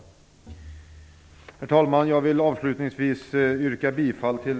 Herr talman! Jag vill avslutningsvis yrka bifall till